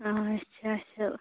آچھا اَچھا